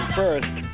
first